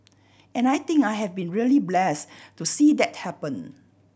and I think I have been really blessed to see that happen